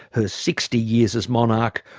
her sixty years as monarch,